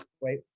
wait